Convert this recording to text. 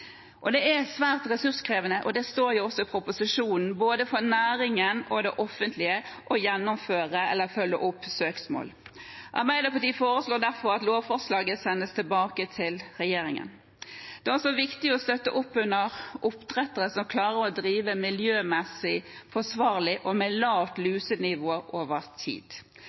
Stortinget. Det er svært ressurskrevende – og det står også i proposisjonen – både for næringen og for det offentlige å gjennomføre eller følge opp søksmål. Arbeiderpartiet foreslår derfor at lovforslaget sendes tilbake til regjeringen. Det er også viktig å støtte opp under oppdrettere som klarer å drive miljømessig forsvarlig og med lavt lusenivå over tid.